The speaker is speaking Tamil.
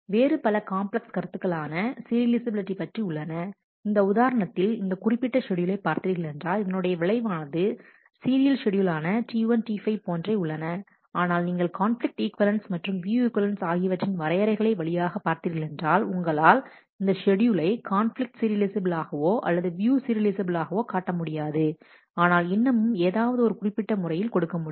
வேறு பல காம்ப்ளக்ஸ் கருத்துக்கள் ஆன சீரியலைஃசபிலிட்டி பற்றி உள்ளன இந்த உதாரணத்தில் இந்த குறிப்பிட்ட ஷெட்யூலை பார்த்தீர்களென்றால் இதனுடைய விளைவானது சீரியல் ஷெட்யூல் ஆன T1 T5 போன்றே உள்ளன ஆனால் நீங்கள் கான்பிலிக்ட் ஈக்வலன்ஸ் மற்றும் வியூ ஈக்வலன்ஸ் ஆகியவற்றின் வரையறைகளை வழியாக பார்த்தீர்களென்றால் உங்களால் இந்த ஷெட்யூலை கான்பிலிக்ட் சீரியலைஃசபிலாகவோ அல்லது வியூ சீரியலைஃசபிலாகவோ காட்ட முடியாது ஆனால் இன்னமும் ஏதாவது ஒரு குறிப்பிட்ட முறையில் கொடுக்க முடியும்